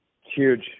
Huge